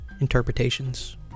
interpretations